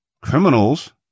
criminals